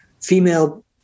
female